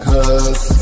Cause